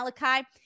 Malachi